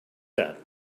that